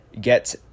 get